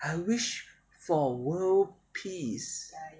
I wish for world peace